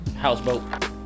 Houseboat